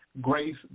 grace